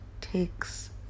takes